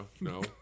No